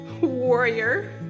warrior